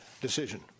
Decision